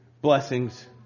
blessings